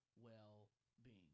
well-being